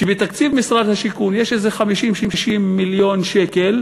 שבתקציב משרד השיכון יש איזה 50 60 מיליון שקל